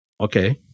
okay